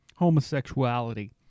homosexuality